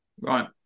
Right